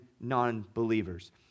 non-believers